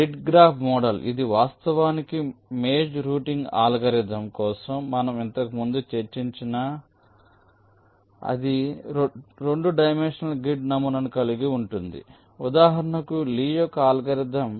grid graph model ఇది వాస్తవానికి maze routing algorithm కోసం మనము ఇంతకుముందు చర్చించిన అదే 2 డైమెన్షనల్ గ్రిడ్ నమూనాను కలిగి ఉంటుంది ఉదాహరణకు లీ యొక్క అల్గోరిథం